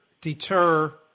Deter